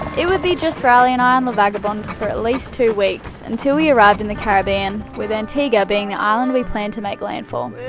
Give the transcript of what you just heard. it would be just riley and i on la vagabond for at least two weeks until we arrived in the caribbean with antigua being the island we planned to make landfall